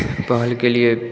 पहलके लिए